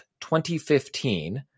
2015